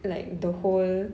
like the whole